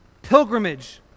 Pilgrimage